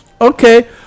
Okay